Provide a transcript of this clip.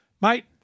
mate